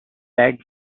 eggs